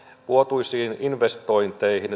vuotuisiin investointeihin